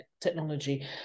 technology